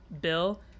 Bill